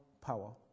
power